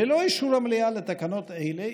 ללא אישור המליאה לתקנות אלה,